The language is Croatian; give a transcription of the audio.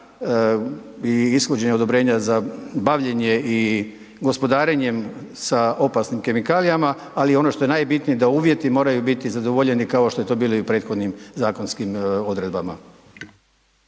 i ishođenja odobrenja za bavljenje i gospodarenjem sa opasnim kemikalijama, ali ono što je najbitnije da uvjeti moraju biti zadovoljeni kao što je to bilo i u prethodnim zakonskim odredbama.